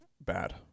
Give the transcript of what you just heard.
bad